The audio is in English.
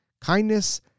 Kindness